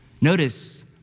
Notice